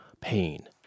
pain